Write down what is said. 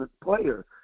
player